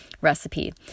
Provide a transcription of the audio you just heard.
recipe